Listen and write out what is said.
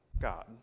God